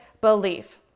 belief